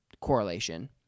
correlation